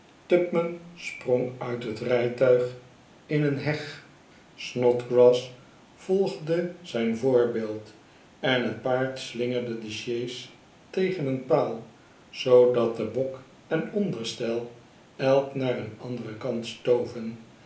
sprong uit het rijtiiig m heg snodgrass volgde zijn voorjf d en het paard slingerde de sjees een paal zoodat bok en onderstel naar een anderen kant stoven